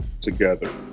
together